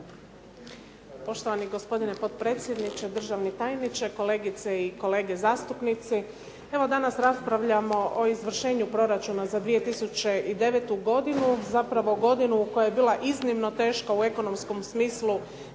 Poštovani gospodine potpredsjedniče, državni tajniče, kolegice i kolege zastupnici. Evo danas raspravljamo o izvršenju proračuna za 2009. godinu, zapravo godinu koja je bila iznimno teška u ekonomskom smislu